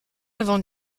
avant